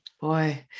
Boy